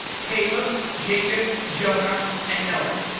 caleb, jacob, jonah, and noah,